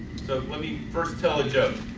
so let me first tell a joke.